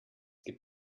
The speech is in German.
gibt